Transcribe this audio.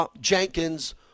Jenkins